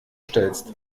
stellst